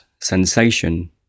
sensation